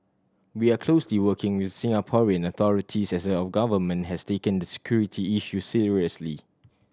we are closely working with Singaporean authorities as our government has taken the security issue seriously